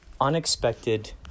unexpected